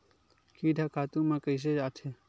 कीट ह खातु म कइसे आथे?